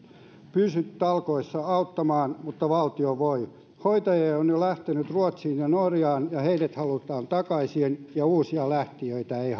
pysty talkoissa auttamaan mutta valtio voi hoitajia on jo lähtenyt ruotsiin ja norjaan ja heidät halutaan takaisin ja uusia lähtijöitä ei